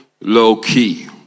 low-key